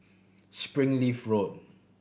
Springleaf Road